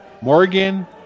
Morgan